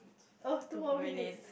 oh two more minutes